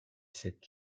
sept